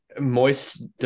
Moist